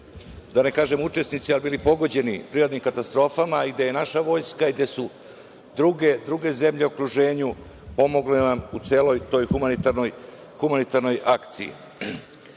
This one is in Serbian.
da ne kažem učesnici, ali bili pogođeni prirodnim katastrofama i gde je naša vojska i gde su druge zemlje u okruženju pomogle nam u celoj toj humanitarnoj akciji. Takođe,